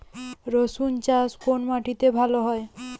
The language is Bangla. রুসুন চাষ কোন মাটিতে ভালো হয়?